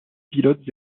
pilotes